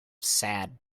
sad